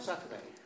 Saturday